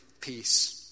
peace